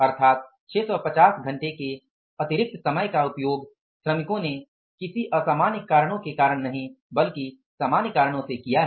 अर्थात 650 घंटे के अतिरिक्त समय का उपयोग श्रमिकों ने किसी असामान्य कारणों के कारण नहीं बल्कि सामान्य कारणों से किया है